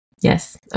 Yes